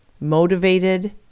motivated